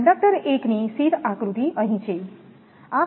conductor 1 ની sheath આકૃતિ અહીં છે